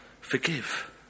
forgive